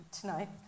tonight